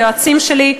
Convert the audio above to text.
ליועצים שלי,